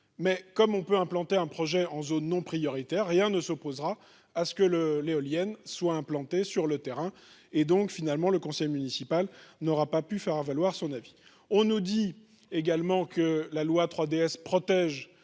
où l'on peut implanter un projet en zone non prioritaire, rien ne s'opposera à ce que des éoliennes soient implantées sur le territoire de la commune. Finalement, le conseil municipal n'aura pas pu faire valoir son avis. On nous dit également que la loi 3DS protège